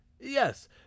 Yes